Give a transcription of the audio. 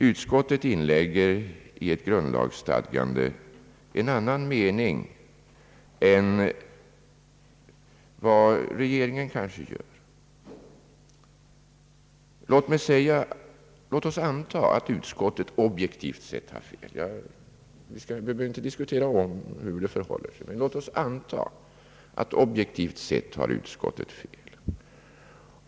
Utskottet inlägger i ett grundlagsstadgande en annan mening än vad regeringen kanske gör. Låt oss för ett ögonblick anta att utskottet, objektivt sett, skulle ha fel.